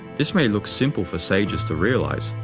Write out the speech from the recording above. this may look simple for sages to realize,